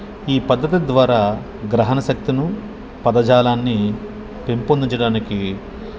ఈ పద్ధతి ద్వారా గ్రహణ శక్తిను పదజాలాన్ని పెంపొందించడానికి